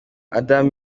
adam